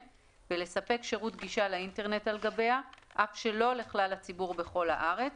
ולספק שירות גישה לאינטרנט על גביה אף שלא לכלל הציבור בכל הארץ,